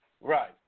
Right